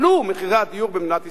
עלו מחירי הדיור במדינת ישראל.